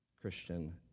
Christian